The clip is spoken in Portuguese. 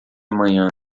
manhã